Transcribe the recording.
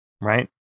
right